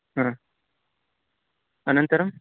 हा अनन्तरं